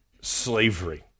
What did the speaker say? slavery